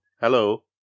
Hello